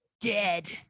dead